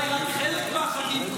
אולי רק חלק מהחגים,